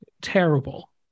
terrible